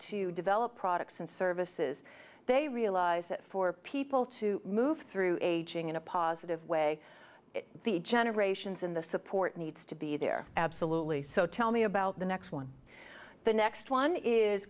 to develop products and services they realize that for people to move through aging in a positive way the generations in the support needs to be there absolutely so tell me about the next one the next one is